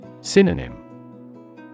Synonym